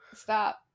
stop